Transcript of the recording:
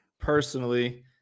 personally